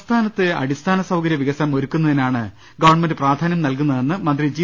സംസ്ഥാനത്ത് അടിസ്ഥാന സൌകര്യ വികസനം ഒരുക്കുന്നതിനാണ് ഗവൺമെൻറ് പ്രാധാനൃം നൽകുന്നതെന്ന് മന്ത്രി ജി